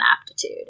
aptitude